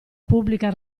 pubblica